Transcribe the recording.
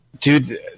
Dude